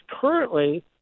currently